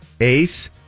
Ace